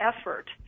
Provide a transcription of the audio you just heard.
effort